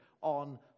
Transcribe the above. on